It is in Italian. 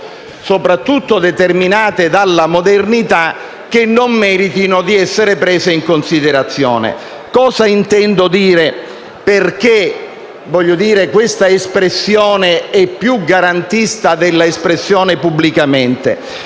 soprattutto determinate dalla modernità, che non meritino di essere prese in considerazione. Cosa intendo dire? Perché questa espressione è più garantista del termine «pubblicamente»?